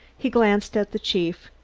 he glanced at the chief,